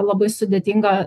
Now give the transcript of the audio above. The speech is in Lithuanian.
labai sudėtinga